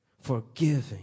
forgiving